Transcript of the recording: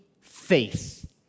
faith